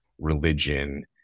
religion